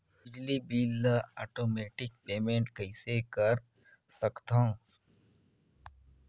बिजली बिल ल automatic payment कइसे कर सकथव?